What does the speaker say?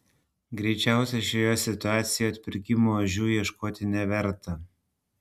greičiausiai šioje situacijoje atpirkimo ožių ieškoti neverta